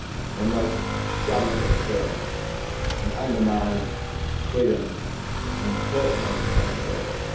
promotes government interference and undermines freedom and personal responsibility.